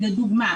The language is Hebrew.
לדוגמה,